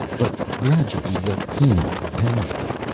but gradually the pain overpowered him.